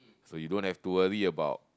so you don't have to worry about